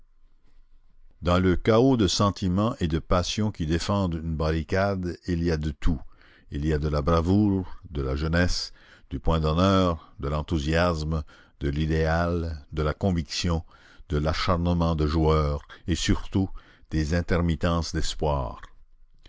dans le chaos de sentiments et de passions qui défendent une barricade il y a de tout il y a de la bravoure de la jeunesse du point d'honneur de l'enthousiasme de l'idéal de la conviction de l'acharnement de joueur et surtout des intermittences d'espoir